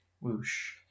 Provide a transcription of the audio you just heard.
Whoosh